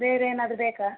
ಬೇರೆನಾದರು ಬೇಕಾ